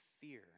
fear